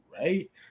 right